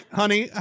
honey